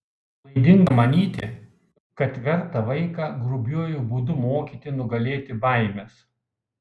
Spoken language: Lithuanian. klaidinga manyti kad verta vaiką grubiuoju būdu mokyti nugalėti baimes